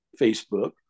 Facebook